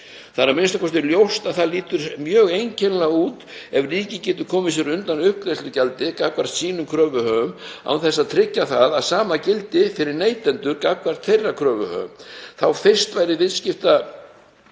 Það er a.m.k. ljóst að það lítur mjög einkennilega út ef ríkið getur komið sér undan uppgreiðslugjaldi gagnvart sínum kröfuhöfum án þess að tryggja það að sama gildi fyrir neytendur gagnvart þeirra kröfuhöfum. Þá fyrst væri sjálfsköpuðum